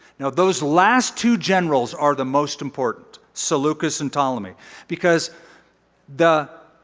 now those last two generals are the most important selucus and ptolemy because the